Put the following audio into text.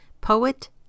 poet